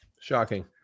Shocking